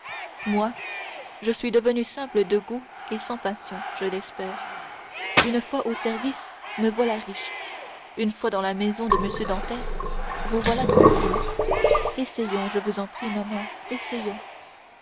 moi je suis devenu simple de goût et sans passion je l'espère une fois au service me voilà riche une fois dans la maison de m dantès vous voilà tranquille essayons je vous en prie ma mère essayons